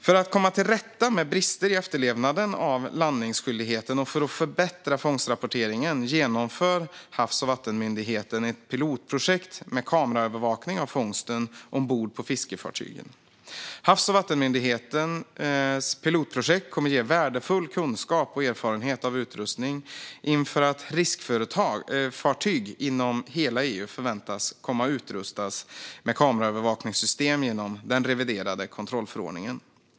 För att komma till rätta med brister i efterlevnaden av landningsskyldigheten och för att förbättra fångstrapporteringen genomför Havs och vattenmyndigheten ett pilotprojekt med kameraövervakning av fångsten ombord på fiskefartygen. Havs och vattenmyndighetens pilotprojekt kommer att ge värdefull kunskap och erfarenhet av utrustningen inför att riskfartyg inom hela EU förväntas komma att utrustas med kameraövervakningssystem genom den reviderade kontrollförordningen.